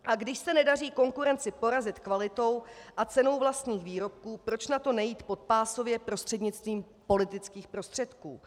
A když se nedaří porazit konkurenci kvalitou a cenou vlastních výrobků, proč na to nejít podpásově prostřednictvím politických prostředků?